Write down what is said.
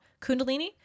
Kundalini